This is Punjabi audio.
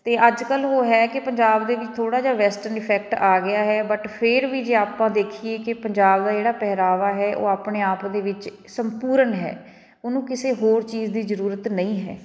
ਅਤੇ ਅੱਜ ਕੱਲ੍ਹ ਉਹ ਹੈ ਕਿ ਪੰਜਾਬ ਦੇ ਵਿੱਚ ਥੋੜ੍ਹਾ ਜਿਹਾ ਵੈਸਟਰਨ ਇਫੈਕਟ ਆ ਗਿਆ ਹੈ ਬਟ ਫੇਰ ਵੀ ਜੇ ਆਪਾਂ ਦੇਖੀਏ ਕਿ ਪੰਜਾਬ ਦਾ ਜਿਹੜਾ ਪਹਿਰਾਵਾ ਹੈ ਉਹ ਆਪਣੇ ਆਪ ਦੇ ਵਿੱਚ ਸੰਪੂਰਨ ਹੈ ਉਹਨੂੰ ਕਿਸੇ ਹੋਰ ਚੀਜ਼ ਦੀ ਜ਼ਰੂਰਤ ਨਹੀਂ ਹੈ